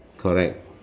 correct